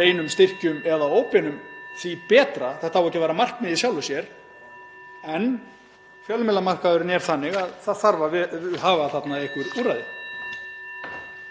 beinum styrkjum eða óbeinum, því betra.(Forseti hringir.) Þetta á ekki að vera markmið í sjálfu sér en fjölmiðlamarkaðurinn er þannig að það þarf að hafa þarna einhver úrræði.